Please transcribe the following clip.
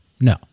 No